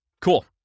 Cool